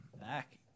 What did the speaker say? back